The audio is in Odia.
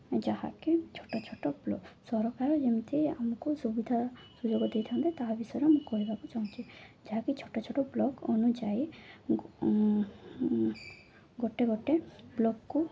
ଯାହାକି ଛୋଟ ଛୋଟ ବ୍ଲ ସରକାର ଯେମିତି ଆମକୁ ସୁବିଧା ସୁଯୋଗ ଦେଇଥାନ୍ତେ ତାହା ବିଷୟରେ ମୁଁ କହିବାକୁ ଚାହୁଁଛି ଯାହାକି ଛୋଟ ଛୋଟ ବ୍ଲକ ଅନୁଯାୟୀ ଗୋ ଗୋଟେ ଗୋଟେ ବ୍ଲକକୁ